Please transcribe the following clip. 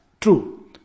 true